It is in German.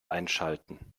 einschalten